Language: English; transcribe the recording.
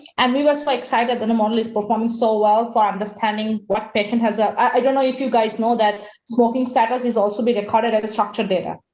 and we was quite like excited that a model is performing. so, well, for understanding what patient has, i don't know if you guys know that smoking status is also be recorded at the structure data.